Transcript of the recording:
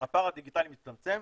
הפער הדיגיטלי מצטמצם,